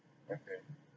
okay